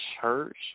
church